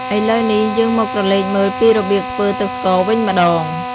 ឥឡូវនេះ យើងមកក្រឡេកមើលពីរបៀបធ្វើទឹកស្ករវិញម្ដង។